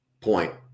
point